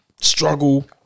struggle